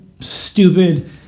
stupid